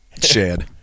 shed